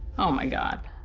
oh my god,